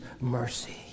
mercy